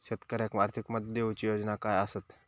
शेतकऱ्याक आर्थिक मदत देऊची योजना काय आसत?